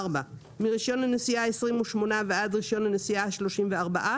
מרישיון הנסיעה השמונה עשר ועד רישיון הנסיעה העשרים ושבעה